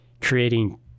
creating